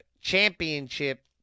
championship